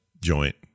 joint